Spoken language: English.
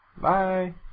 Bye